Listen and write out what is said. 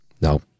No